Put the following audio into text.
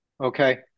Okay